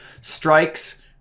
strikes